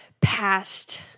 past